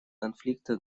конфликта